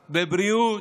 בבריאות,